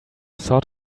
sort